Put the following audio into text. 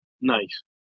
Nice